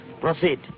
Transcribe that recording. proceed